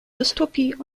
dystopie